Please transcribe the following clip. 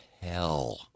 hell